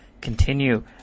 continue